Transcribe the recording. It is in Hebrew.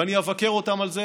ואני אבקר אותם על זה,